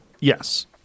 Yes